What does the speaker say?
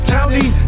County